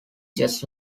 jazz